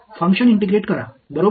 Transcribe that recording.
function integrate करा बरोबर